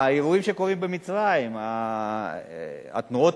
האירועים הקורים במצרים, התנועות